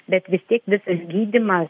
bet vis tiek visas gydymas